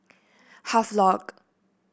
Havelock